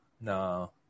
No